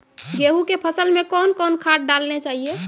गेहूँ के फसल मे कौन कौन खाद डालने चाहिए?